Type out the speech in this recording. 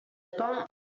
pan